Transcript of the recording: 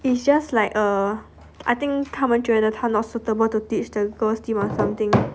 it's just like err I think 他们觉得他 not suitable to teach the girls team or something